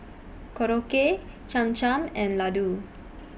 Korokke Cham Cham and Ladoo